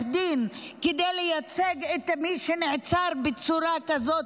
דין כדי לייצג את מי שנעצר בצורה כזאת,